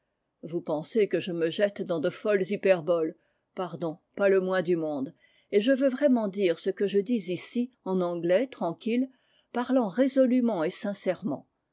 vouspensezqueje me jette dans de folles hyperboles pardon pas le moins du monde et je veux vraiment dire ce que je dis ici en un anglais tranquille parlant résolument et sincèrement